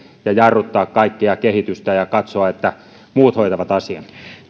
ja jarruttaa kaikkea kehitystä ja katsoa että muut hoitavat asian